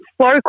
slow